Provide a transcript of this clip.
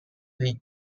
league